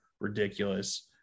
ridiculous